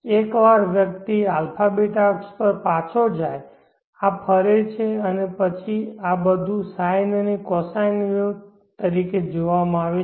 એકવાર વ્યક્તિ α β અક્ષ પર પાછો જાય આ ફરે છે અને પછી બધું sine અને cosine વેવ તરીકે જોવામાં આવશે